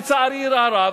לצערי הרב,